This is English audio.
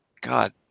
God